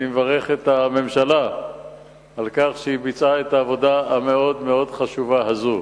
אני מברך את הממשלה על כך שהיא ביצעה את העבודה המאוד-מאוד חשובה הזאת.